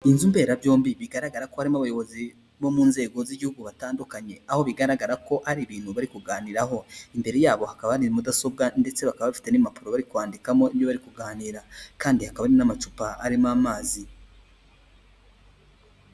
Inzu mberabyombi bigaragara ko harimo abayobozi bo mu nzego z'Igihugu batandukanye, aho bigaragara ko ari ibintu bari kuganiraho. Imbere yabo hakaba mudasobwa ndetse bakaba bafite n'impapuro bari kwandikamo niba bari kuganira, kandi hakaba n'amacupa arimo amazi.